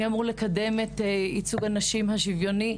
מי אמור לקדם את ייצוג הנשים השוויוני